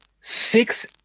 six